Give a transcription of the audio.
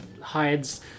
hides